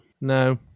no